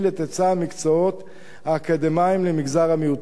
היצע המקצועות האקדמיים למגזר המיעוטים.